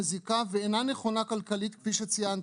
מזיקה ואינה נכונה כלכלית כפי שציינתי.